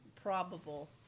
probable